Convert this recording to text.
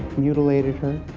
mutilated her.